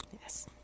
Yes